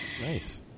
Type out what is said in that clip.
nice